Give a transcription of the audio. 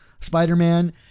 Spider-Man